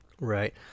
right